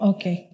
Okay